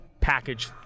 package